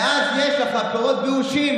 ואז יש לך פירות באושים.